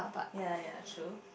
ya ya true